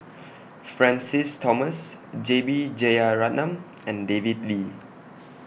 Francis Thomas J B Jeyaretnam and David Lee